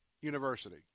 university